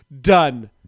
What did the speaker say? Done